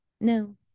no